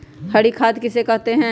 हरी खाद किसे कहते हैं?